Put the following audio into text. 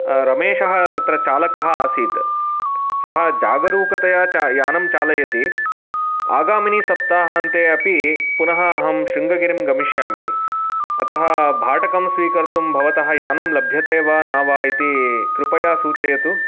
रमेशः तत्र चालकः आसीत् सः जागरूकतया च यानं चालयति आगामिनि सप्ताहान्ते अपि पुनः अहं शृङ्गगिरिं गमिष्यामि अतः भाटकं स्वीकर्तुं भवतः यानं लभ्यते वा न वा इति कृपया सूचयतु